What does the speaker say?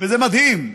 זה מדהים: